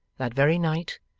that very night,